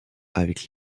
avec